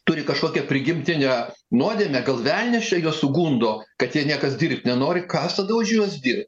turi kažkokią prigimtinę nuodėmę gal velnias čia juos sugundo kad jie niekas dirbt nenori kas tada už juos dirb